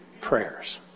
prayers